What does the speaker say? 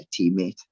teammate